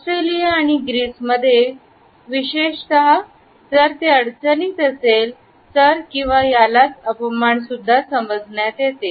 Australia आणि Greece मध्ये विशेष जर ते अडचणीत असेल तर किंवा यालाच अपमान सुद्धा समजण्यात येते